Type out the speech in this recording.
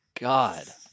God